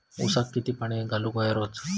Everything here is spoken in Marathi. ऊसाक किती पाणी घालूक व्हया रोज?